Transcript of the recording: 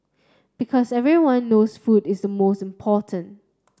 because everyone knows food is most important